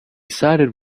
sided